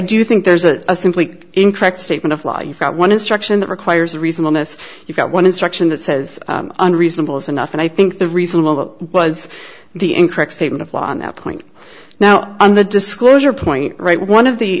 do think there's a simply incorrect statement of law you've got one instruction that requires a reason on this you've got one instruction that says unreasonable is enough and i think the reason was the incorrect statement of law on that point now on the disclosure point right one of the